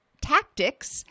tactics